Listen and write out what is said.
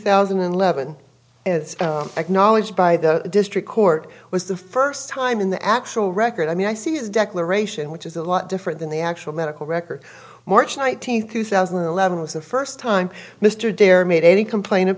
thousand and eleven acknowledged by the district court was the first time in the actual record i mean i see his declaration which is a lot different than the actual medical record march nineteenth two thousand and eleven was the first time mr dare made any complaint of